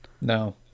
No